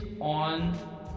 on